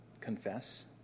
confess